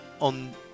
on